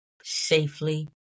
safely